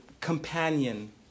companion